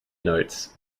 notes